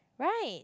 right